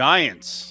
Giants